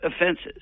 offenses